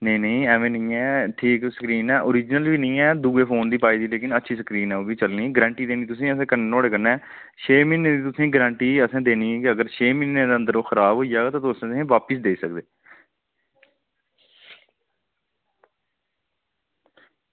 नेईं नेईं ऐह्में निं ऐ ठीक स्क्रीन ऐ ओरीजिनल बी निं ऐ दूए फोन दी पाई दी लेकिन अच्छी स्क्रीन ऐ ओह् बी चलनी गरैंटी देनी तुसें गी असें नुहाड़े कन्नै छे म्हीने दी तुसेंगी गरैंटी असें देनी कि अगर छे म्हीने दे अंदर ओह् खराब होई जाह्ग ते तुसें असें ई बापस देई सकदे